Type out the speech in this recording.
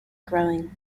growing